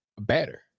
better